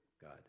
God